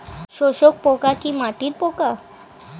শোষক পোকা কি মাটির পোকা?